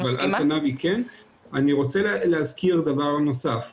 אני רוצה להזכיר דבר נוסף.